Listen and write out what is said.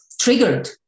triggered